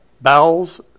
bowels